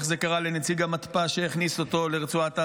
איך זה קרה לנציג המתפ"ש שהכניס אותו לרצועת עזה?